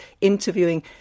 interviewing